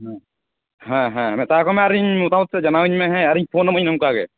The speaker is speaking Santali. ᱦᱮᱸ ᱦᱮᱸ ᱢᱮᱛᱟ ᱟᱠᱚᱢᱮ ᱟᱨᱚ ᱤᱧ ᱚᱱᱠᱟ ᱢᱚᱛᱚ ᱡᱟᱱᱟᱣ ᱤᱧᱢᱮ ᱦᱮᱸ ᱟᱨᱤᱧ ᱯᱷᱳᱱᱟᱹᱢᱟᱹᱧ ᱚᱱᱠᱟ ᱜᱮ